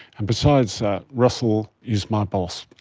and besides that, russell is my boss.